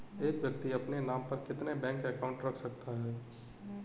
एक व्यक्ति अपने नाम पर कितने बैंक अकाउंट रख सकता है?